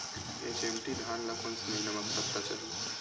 HMT धान ल कोन से महिना म सप्ता चाही?